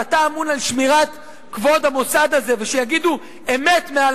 ואתה אמון על שמירת כבוד המוסד הזה ושיגידו אמת מעל